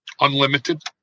Unlimited